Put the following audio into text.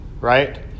right